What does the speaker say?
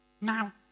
Now